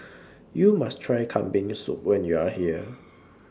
YOU must Try Kambing Soup when YOU Are here